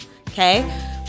okay